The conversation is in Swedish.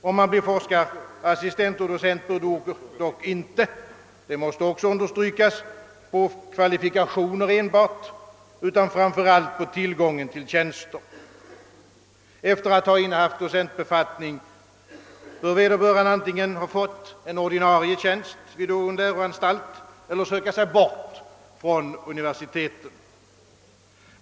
Om man blir forskarassistent och docent, beror dock inte enbart på kvalifikationer, det måste framhållas, utan framför allt på tillgången på tjänster. Efter att ha innehaft docentbefattning bör vederbörande antingen ha fått en ordinarie tjänst vid någon läroanstalt eller söka sig bort från universitetet.